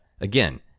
again